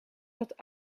zat